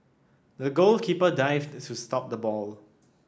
the goalkeeper dived to stop the ball